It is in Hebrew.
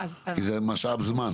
כי זה משאב זמן?